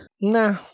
Nah